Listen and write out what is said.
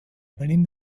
venim